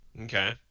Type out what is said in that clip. Okay